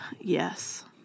yes